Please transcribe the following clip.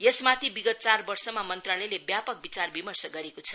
यसमाथि विगत चार वर्षमा मंत्रालयले व्यापक विचार विमर्श गरेको छ